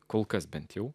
kol kas bent jau